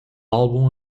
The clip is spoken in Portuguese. álbum